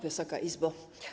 Wysoka Izbo!